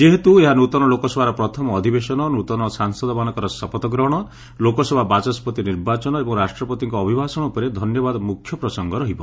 ଯେହେତ୍ର ଏହା ନୃତନ ଲୋକସଭାର ପ୍ରଥମ ଅଧିବେଶନ ନୃତନ ସାଂସଦମାନଙ୍କର ଶପଥ ଗ୍ରହଣ ଲୋକସଭା ବାଚସ୍କତି ନିର୍ବାଚନ ଏବଂ ରାଷ୍ଟ୍ରପତିଙ୍କ ଅଭିଭାଷଣ ଉପରେ ଧନ୍ୟବାଦ ମୁଖ୍ୟ ପ୍ରସଙ୍ଗ ରହିବ